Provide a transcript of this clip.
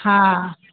हा